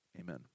amen